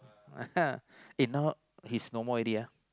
eh now he's no more already ah